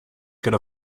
could